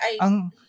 Ang